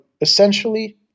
essentially